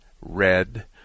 red